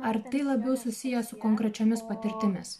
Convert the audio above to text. ar tai labiau susiję su konkrečiomis patirtimis